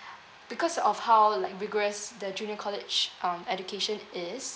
because of how like rigorous the junior college um education is